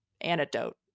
antidote